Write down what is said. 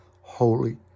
holy